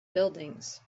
buildings